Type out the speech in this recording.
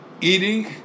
eating